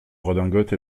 redingote